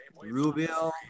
Rubio